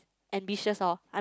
ambitious lor I'm